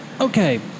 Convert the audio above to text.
okay